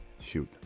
Shoot